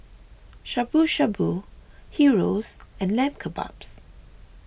Shabu Shabu Gyros and Lamb Kebabs